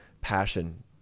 passion